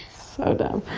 so dumb.